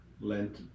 Lent